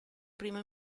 primo